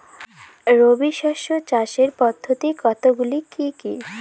রবি শস্য চাষের পদ্ধতি কতগুলি কি কি?